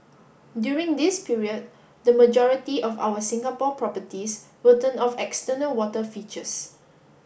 during this period the majority of our Singapore properties will turn off external water features